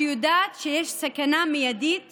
שיודעת שיש סכנה מיידית